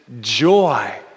joy